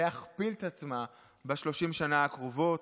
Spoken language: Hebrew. להכפיל את עצמה, ב-30 השנה הקרובות.